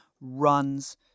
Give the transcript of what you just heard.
runs